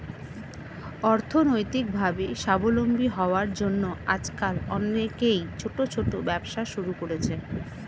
অর্থনৈতিকভাবে স্বাবলম্বী হওয়ার জন্য আজকাল অনেকেই ছোট ছোট ব্যবসা শুরু করছে